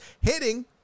hitting